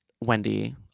Wendy